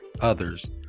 others